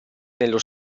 nello